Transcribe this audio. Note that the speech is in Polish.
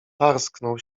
parsknął